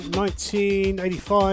1985